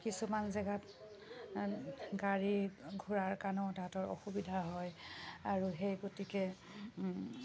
কিছুমান জেগাত গাড়ী ঘূৰাৰ কাৰণেও তাহাঁতৰ অসুবিধা হয় আৰু সেই গতিকে